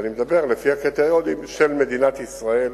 ואני מדבר לפי הקריטריונים של מדינת ישראל,